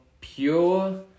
pure